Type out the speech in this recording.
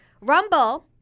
Rumble